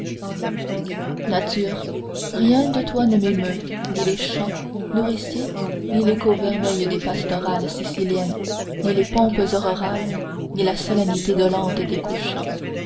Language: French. nature rien de toi ne m'émeut ni les champs nourriciers ni l'écho vermeil des pastorales siciliennes ni les pompes aurorales ni la solennité dolente des